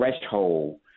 threshold